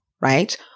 right